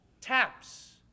Taps